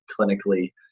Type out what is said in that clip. clinically